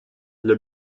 для